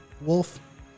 Wolf